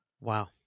Wow